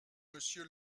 monsieur